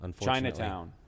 Chinatown